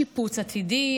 שיפוץ עתידי,